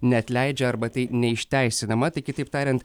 neatleidžia arba tai neišteisina mat tai kitaip tariant